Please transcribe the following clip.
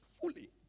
fully